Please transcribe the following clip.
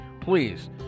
Please